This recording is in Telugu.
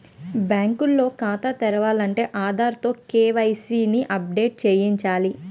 బ్యాంకు లో ఖాతా తెరాలంటే ఆధార్ తో కే.వై.సి ని అప్ డేట్ చేయించాల